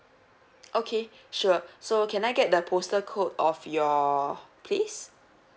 okay sure so can I get the postal code of your place